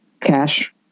cash